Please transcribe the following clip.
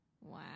Wow